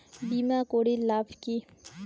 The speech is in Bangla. বিমা করির লাভ কি?